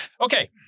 Okay